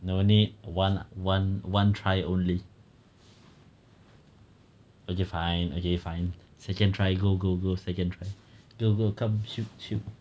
no need one one one try only okay fine okay fine second try go go go go second try go go come shoot shoot